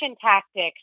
tactics